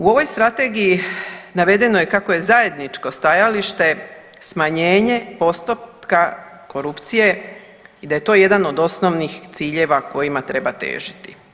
U ovoj strategiji navedeno je kako je zajedničko stajalište smanjenje postotka korupcije i da je to jedan od osnovnih ciljeva kojima treba težiti.